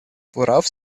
worauf